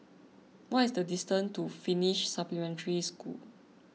what is the distance to Finnish Supplementary School